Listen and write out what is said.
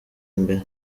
imbere